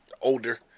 older